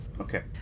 Okay